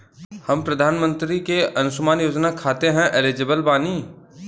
हम प्रधानमंत्री के अंशुमान योजना खाते हैं एलिजिबल बनी?